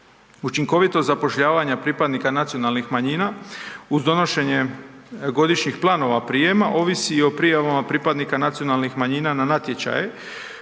Učinkovito zapošljavanje pripadnika nacionalnih manjina uz donošenje godišnjih planova prijema ovisi o prijavama pripadnika nacionalnih manjina na natječaje,